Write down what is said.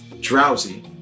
Drowsy